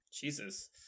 Jesus